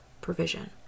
provision